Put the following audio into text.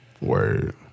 Word